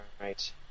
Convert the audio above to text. right